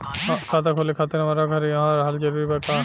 खाता खोले खातिर हमार घर इहवा रहल जरूरी बा का?